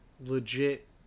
legit